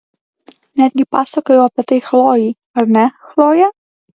netgi pasakojau apie tai chlojei ar ne chloje